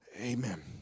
Amen